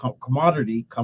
commodity